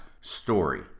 story